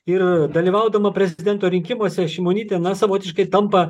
ir dalyvaudama prezidento rinkimuose šimonytė na savotiškai tampa